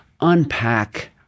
unpack